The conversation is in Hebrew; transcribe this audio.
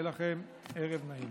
יהיה ארוך יותר משלוש שנים.